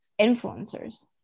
influencers